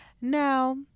Now